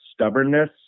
stubbornness